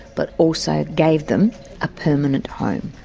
but also gave them a permanent home.